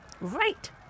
Right